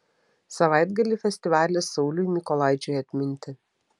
savaitgalį festivalis sauliui mykolaičiui atminti